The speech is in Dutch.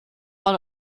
van